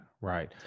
right